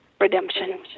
redemption